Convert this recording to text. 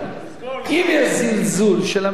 אם יש זלזול של הממשלה,